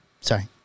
Sorry